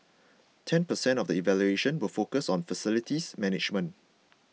ten percent of the evaluation will focus on facilities management